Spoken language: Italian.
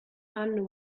hanno